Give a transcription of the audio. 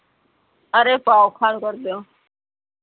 अरे पाव खण कर देओ